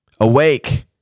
Awake